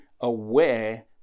aware